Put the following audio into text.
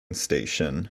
station